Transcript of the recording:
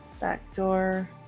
Backdoor